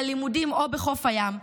בלימודים או בחוף הים,